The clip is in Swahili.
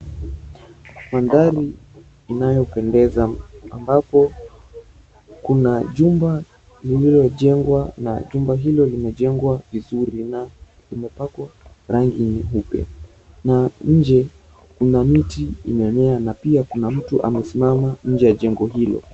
Maandhari inayopendeza ambapo kuna jumba lililojengwa na jumba hilo limejengwa vizuri na limepakwa rangi nyeupe na nje kuna miti na pia kuna mtu amesimama nje ya jengo hilo.